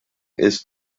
ist